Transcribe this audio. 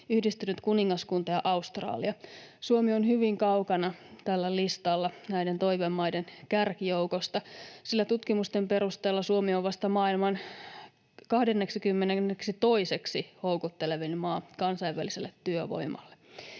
Yhdistynyt kuningaskunta ja Australia. Suomi on hyvin kaukana tällä listalla näiden toive- maiden kärkijoukosta, sillä tutkimusten perusteella Suomi on vasta maailman 22. houkuttelevin maa kansainväliselle työvoimalle.